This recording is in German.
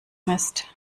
mist